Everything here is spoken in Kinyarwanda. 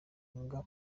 banga